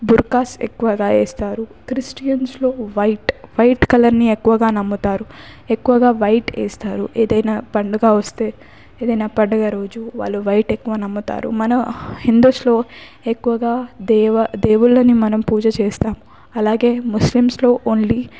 బూర్ఖాస్ ఎక్కువగా వేస్తారు క్రిస్టియన్స్లో వైట్ వైట్ కలర్ని ఎక్కువగా నమ్ముతారు ఎక్కువగా వైట్ వేస్తారు ఏదైనా పండగ వస్తే ఏదైనా పండగ రోజు వాళ్ళు వైట్ ఎక్కువ నమ్ముతారు మన హిందూస్లో ఎక్కువగా దేవ దేవుళ్ళని మనం పూజ చేస్తాము అలాగే ముస్లిమ్స్లో ఓన్లీ